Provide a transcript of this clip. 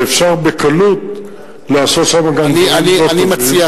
ואפשר בקלות לעשות שם גם דברים לא טובים,